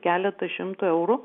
keletą šimtų eurų